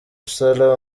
sala